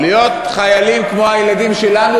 להיות חיילים כמו הילדים שלנו,